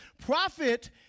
Profit